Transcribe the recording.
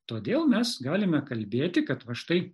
todėl mes galime kalbėti kad va štai